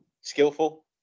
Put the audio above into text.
skillful